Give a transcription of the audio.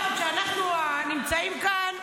כשאנחנו נמצאים כאן,